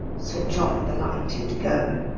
switch off the light and go,